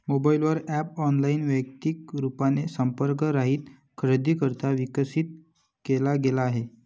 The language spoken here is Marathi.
मोबाईल वर ॲप ऑनलाइन, वैयक्तिक रूपाने संपर्क रहित खरेदीकरिता विकसित केला गेला आहे